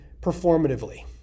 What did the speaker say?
performatively